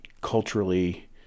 culturally